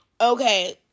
okay